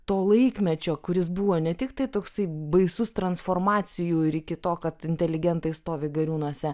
to laikmečio kuris buvo ne tik tai toksai baisus transformacijų ir iki to kad inteligentai stovi gariūnuose